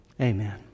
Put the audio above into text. Amen